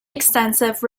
extensive